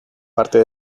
parte